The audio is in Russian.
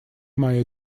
моей